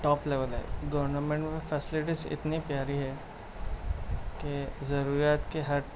top level ہے government میں facilities اتنی پیاری ہے کہ ضروریات کے ہر